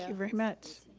very much.